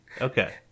okay